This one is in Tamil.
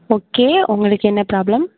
ஓகே உங்களுக்கு என்ன ப்ராப்ளம்